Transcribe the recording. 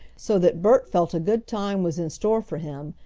so that bert felt a good time was in store for him,